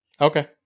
Okay